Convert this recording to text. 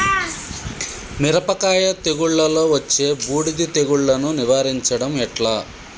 మిరపకాయ తెగుళ్లలో వచ్చే బూడిది తెగుళ్లను నివారించడం ఎట్లా?